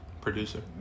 producer